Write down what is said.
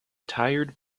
tired